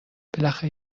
بالاخره